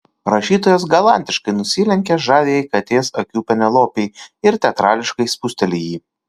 rašytojas galantiškai nusilenkia žaviajai katės akių penelopei ir teatrališkai spusteli jį